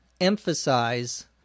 emphasize